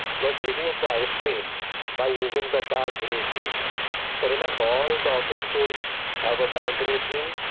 let's reduce the ice cream by using the dark grey theme so remember all the office tools have a dark grey theme,